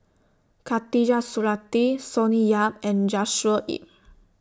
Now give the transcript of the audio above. Khatijah Surattee Sonny Yap and Joshua Ip